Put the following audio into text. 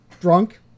Drunk